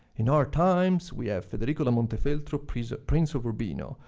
in our times, we have federico da montefeltro, prince ah prince of urbino,